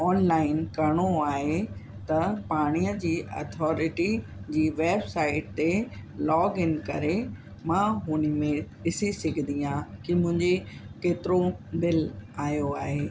online करिणो आहे त पाणीअ जी अथोरिटी जी वेबसाइट ते लॉगइन करे मां हुन में ॾिसी सघंदी आहे कि मुंहिंजी केतिरो बिल आयो आहे